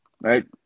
Right